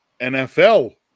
NFL